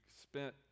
spent